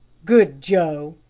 good joe,